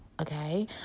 Okay